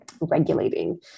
regulating